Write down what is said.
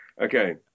Okay